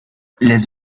les